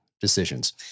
decisions